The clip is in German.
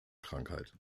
krankheit